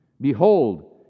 Behold